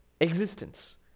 Existence